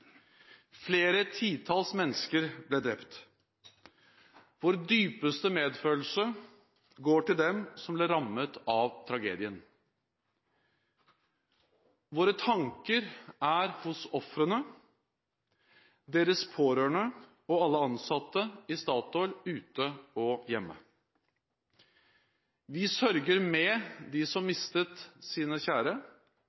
Flere titalls mennesker ble drept. Vår dypeste medfølelse går til dem som ble rammet av tragedien. Våre tanker er hos ofrene, deres pårørende og alle ansatte i Statoil, ute og hjemme. Vi sørger med dem som